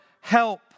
help